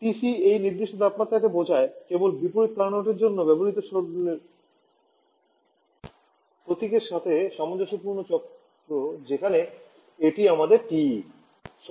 TC এই নির্দিষ্ট তাপমাত্রাকে বোঝায় কেবল বিপরীত কার্নোটের জন্য ব্যবহৃত প্রতীকের সাথে সামঞ্জস্যপূর্ণ চক্র যেখানে এটি আমাদের টিই